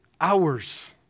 hours